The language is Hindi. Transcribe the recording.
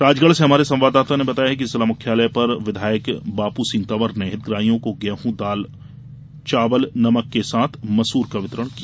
राजगढ से हमारे संवाददाता ने बताया है कि जिला मुख्यालय पर विधायक बापूसिंह तंवर ने हितग्राहियों को गेंह चावल नमक के साथ मसूर का वितरण किया